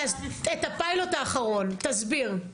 אנחנו